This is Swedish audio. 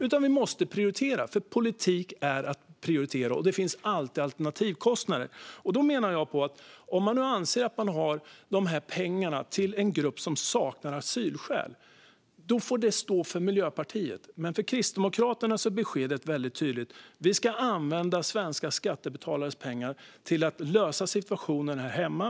Vi måste prioritera, för politik är att prioritera. Och det finns alltid alternativkostnader. Då menar jag att om man anser att man har dessa pengar till en grupp som saknar asylskäl då får det stå för Miljöpartiet. Men för Kristdemokraternas del är beskedet väldigt tydligt: Vi ska använda svenska skattebetalares pengar till att lösa situationen här hemma.